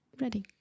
Ready